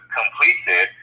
completed